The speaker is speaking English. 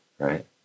right